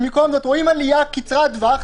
במקום זאת רואים עלייה קצרת טווח,